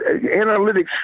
Analytics